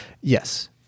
Yes